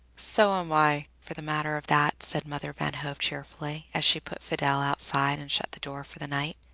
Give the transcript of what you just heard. so am i, for the matter of that, said mother van hove cheerfully, as she put fidel outside and shut the door for the night.